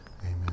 Amen